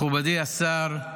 מכובדי השר,